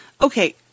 Okay